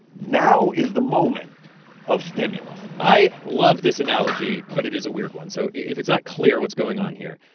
now is the moment of stimulus i love this analogy, but it is a weird one. so if it's not clear what's going on here,